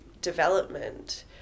development